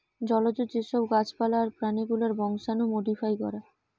জলজ যে সব গাছ পালা আর প্রাণী গুলার বংশাণু মোডিফাই করা